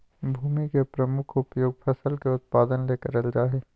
भूमि के प्रमुख उपयोग फसल के उत्पादन ले करल जा हइ